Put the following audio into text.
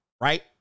right